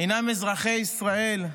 הם אזרחי ישראל,